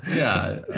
yeah.